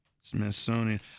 Smithsonian